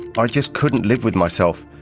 but i just couldn't live with myself.